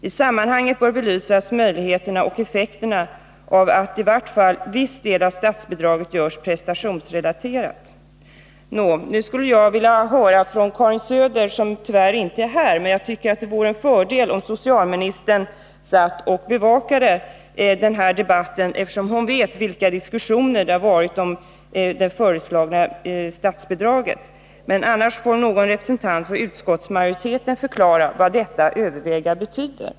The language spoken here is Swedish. I sammanhanget bör belysas möjligheterna och effekterna av att i vart fall viss del av statsbidraget görs prestationsrelaterat.” Nu skulle jag vilja ha en förklaring från Karin Söder, som tyvärr inte är här — jag tycker det vore en fördel om socialministern satt och bevakade denna debatt, eftersom hon vet vilka diskussioner det har varit om det föreslagna statsbidraget. Annars får någon representant för utskottsmajoriteten förklara vad detta ”överväga” betyder.